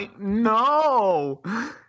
no